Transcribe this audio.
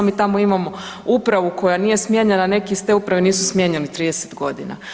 Mi tamo imamo upravu koja nije smijenjena, neki iz te uprave nisu smijenjeni 30 godina.